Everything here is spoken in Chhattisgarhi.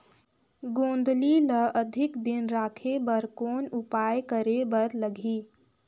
गोंदली ल अधिक दिन राखे बर कौन उपाय करे बर लगही?